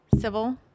Civil